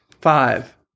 five